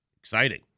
Exciting